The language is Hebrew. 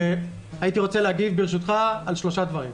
הייתי רוצה להגיב על שלושה דברים: